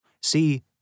See